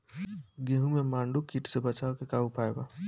गेहूँ में माहुं किट से बचाव के का उपाय बा?